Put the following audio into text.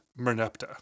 Merneptah